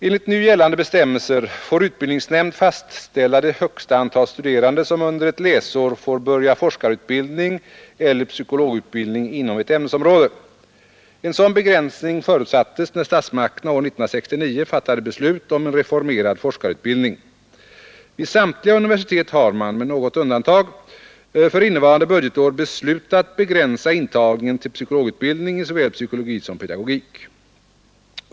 Enligt nu gällande bestämmelser får utbildningsnämnd fastställa det högsta antal studerande som under ett läsår får börja forskarutbildning eller psykologutbildning inom ett ämnesområde. En sådan begränsning förutsattes när statsmakterna år 1969 fattade beslut om en reformerad forskarutbildning. Vid samtliga universitet har man, med något undantag, för innevarande budgetår beslutat begränsa intagningen till psykologutbildning i såväl psykologi som pedagogik.